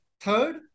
Third